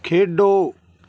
ਖੇਡੋ